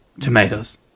Tomatoes